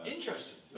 Interesting